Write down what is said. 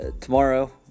tomorrow